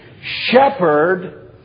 shepherd